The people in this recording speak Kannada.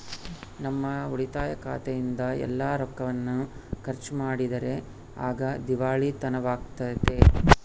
ನಮ್ಮ ಉಳಿತಾಯ ಖಾತೆಯಿಂದ ಎಲ್ಲ ರೊಕ್ಕವನ್ನು ಖರ್ಚು ಮಾಡಿದರೆ ಆಗ ದಿವಾಳಿತನವಾಗ್ತತೆ